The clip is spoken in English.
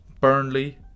Burnley